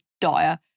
dire